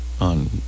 on